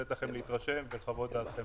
לתת לכם להתרשם ולחוות דעתכם.